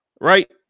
right